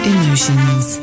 Emotions